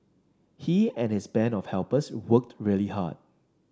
he and his band of helpers worked really hard